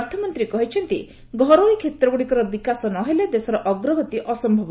ଅର୍ଥମନ୍ତ୍ରୀ କହିଛନ୍ତି ଘରୋଇ କ୍ଷେତ୍ରଗୁଡ଼ିକର ବିକାଶ ନ ହେଲେ ଦେଶର ଅଗ୍ରଗତି ଅସ୍ୟବ